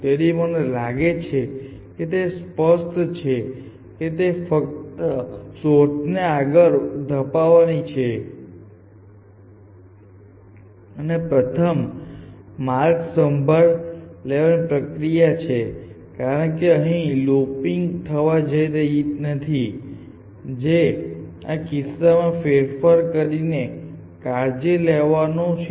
તેથી મને લાગે છે કે તે સ્પષ્ટ છે કે તે ફક્ત શોધને આગળ ધપાવવાની અને પ્રથમ માર્ગની સંભાળ લેવાની પ્રક્રિયા છે કારણ કે અહીં કોઈ લૂપિંગ થવા જઈ રહી નથી જે આ કિસ્સામાં ફેરફાર કરીને કાળજી લેવાનું છે